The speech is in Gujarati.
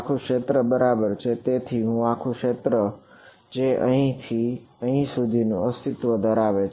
આખું ક્ષેત્ર બરાબર તેથી આ આખું ક્ષેત્ર જે અહીં થી અહીં સુધીની અસ્તિત્વ ધરાવે છે